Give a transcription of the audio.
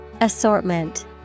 Assortment